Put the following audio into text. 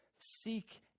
seek